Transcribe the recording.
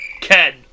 Ken